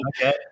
okay